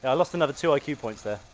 lost another two like iq points there.